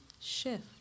shift